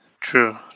True